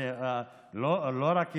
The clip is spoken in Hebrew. לא רק הבין,